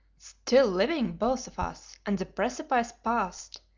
still living, both of us, and the precipice passed!